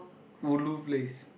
ulu place